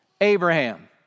Abraham